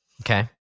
Okay